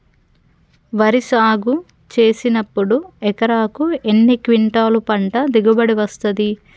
వరి సాగు చేసినప్పుడు ఎకరాకు ఎన్ని క్వింటాలు పంట దిగుబడి వస్తది?